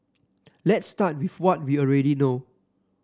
let's start with what we already know